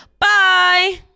bye